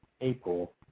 April